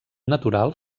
natural